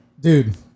Dude